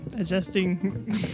Adjusting